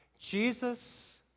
Jesus